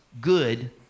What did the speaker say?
good